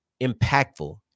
impactful